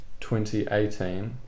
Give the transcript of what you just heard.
2018